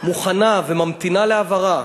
מוכנה וממתינה להעברה.